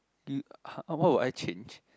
you what what will I change